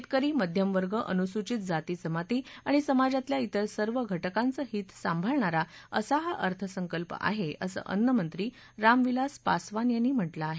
शेतकरी मध्यमवर्ग अनुसूचित जाती जमाती आणि समाजातल्या इतर सर्व घटकांचं हित सांभाळणारा असा हा अर्थसंकल्प आहे असं अन्नमंत्री रामविलास पासवान यांनी म्हटलं आहे